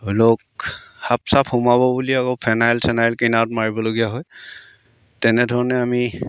ধৰি লওক সাপ চাপ সোমাব বুলি আকৌ ফেনাইল চেনাইল কিনাৰত মাৰিবলগীয়া হয় তেনেধৰণে আমি